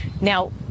Now